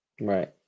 Right